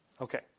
Okay